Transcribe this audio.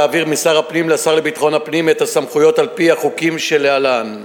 להעביר משר הפנים לשר לביטחון הפנים את הסמכויות על-פי החוקים שלהלן: